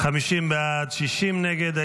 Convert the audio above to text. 50 בעד, 60 נגד.